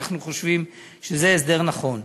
אנחנו חושבים שזה הסדר נכון.